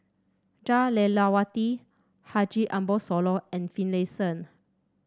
Jah Lelawati Haji Ambo Sooloh and Finlayson